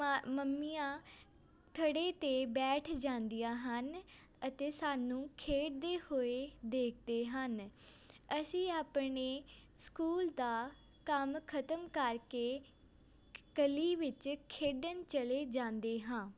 ਮਾ ਮੰਮੀਆਂ ਥੜ੍ਹੇ 'ਤੇ ਬੈਠ ਜਾਂਦੀਆਂ ਹਨ ਅਤੇ ਸਾਨੂੰ ਖੇਡਦੇ ਹੋਏ ਦੇਖਦੇ ਹਨ ਅਸੀਂ ਆਪਣੇ ਸਕੂਲ ਦਾ ਕੰਮ ਖਤਮ ਕਰਕੇ ਗਲੀ ਵਿੱਚ ਖੇਡਣ ਚਲੇ ਜਾਂਦੇ ਹਾਂ